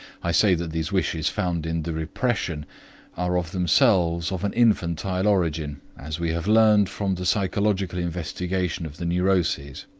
i say that these wishes found in the repression are of themselves of an infantile origin, as we have learned from the psychological investigation of the neuroses.